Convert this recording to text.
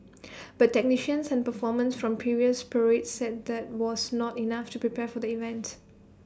but technicians and performers from previous parades said that was not enough to prepare for the event